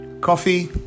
coffee